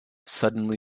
suddenly